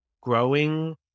growing